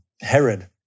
Herod